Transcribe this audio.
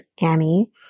Annie